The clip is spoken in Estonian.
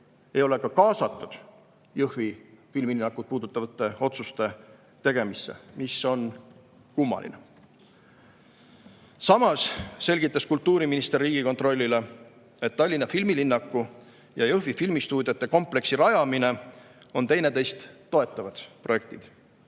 ei ole kaasatud Jõhvi filmilinnakut puudutavate otsuste tegemisse, mis on kummaline. Samas selgitas kultuuriminister Riigikontrollile, et Tallinna filmilinnaku ja Jõhvi filmistuudiote kompleksi rajamine on teineteist toetavad projektid.